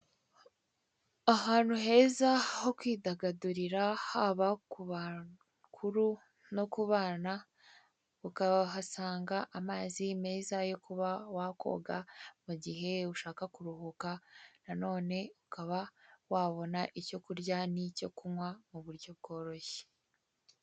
Ahantu heza ho kwidagadurira haba ku bakuru no ku bana ukahasanga amazi meza yo kuba wakoga igihe ushaka kuruhuka na none ukaba wabona icyo kurya n'icyo kunywa mu buryo bworoshye.